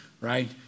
right